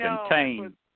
contained